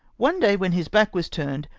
one day, when his back was turned,